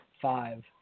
five